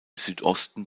südosten